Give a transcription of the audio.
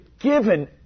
given